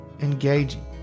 engaging